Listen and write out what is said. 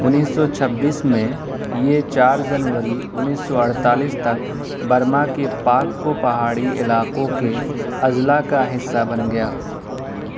انیس سو چھبیس میں یہ چار جنوری انیس سو اڑتالیس تک برما کے پاککو پہاڑی علاقوں کے اضلاع کا حصہ بن گیا